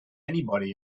anybody